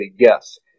guess